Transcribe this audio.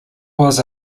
was